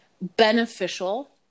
beneficial